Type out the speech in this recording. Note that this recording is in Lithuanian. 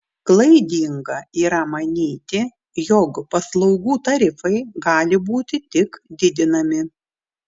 klaidinga yra manyti jog paslaugų tarifai gali būti tik didinami